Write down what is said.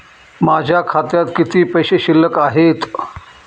माझ्या खात्यात किती पैसे शिल्लक आहेत?